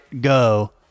go